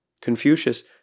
Confucius